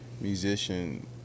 musician